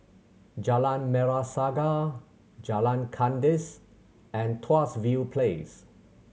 Jalan Merah Saga Jalan Kandis and Tuas View Place